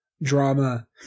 drama